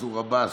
מנסור עבאס,